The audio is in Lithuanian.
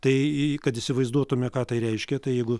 tai kad įsivaizduotume ką tai reiškia tai jeigu